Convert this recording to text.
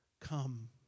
come